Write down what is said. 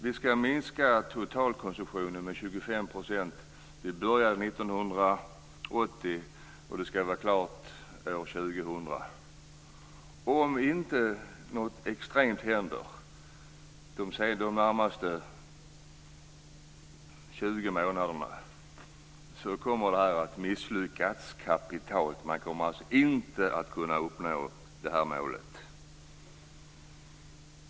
Vi skall minska totalkonsumtionen med 25 %. Det började 1980, och det skall vara klart år 2000. Om inte något extremt händer de närmaste 20 månaderna kommer det att misslyckas kapitalt. Man kommer alltså inte att kunna uppnå det målet.